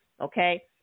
okay